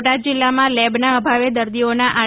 બોટાદ જિલ્લામાં લેબનાં અભાવે દર્દીઓના આર